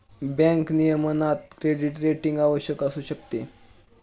bank नियमनात credit rating आवश्यक असू शकते